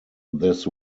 this